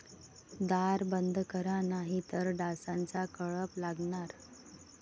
दार बंद करा नाहीतर डासांचा कळप लागणार